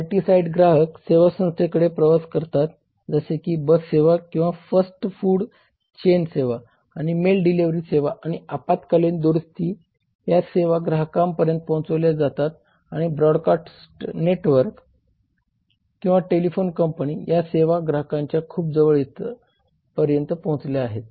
multi site ग्राहक सेवा संस्थेकडे प्रवास करतात जसे की बस सेवा किंवा फास्ट फूड चेन सेवा आणि मेल डिलीव्हरी सेवा किंवा आपत्कालीन दुरुस्ती या सेवा ग्राहका पर्यंत पोहोचविल्या जातात आणि ब्रॉडकास्ट नेटवर्क किंवा टेलिफोन कंपनी या सेवा ग्राहकांच्या खूप जवळ पर्यंत पोहचल्या आहेत